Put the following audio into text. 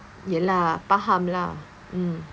ya lah faham lah